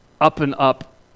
up-and-up